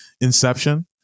inception